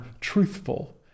truthful